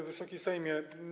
Wysoki Sejmie!